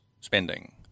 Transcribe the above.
spending